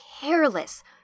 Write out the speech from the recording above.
careless